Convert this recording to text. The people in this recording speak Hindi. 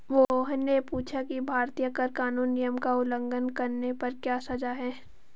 मोहन ने पूछा कि भारतीय कर कानून नियम का उल्लंघन करने पर क्या सजा है?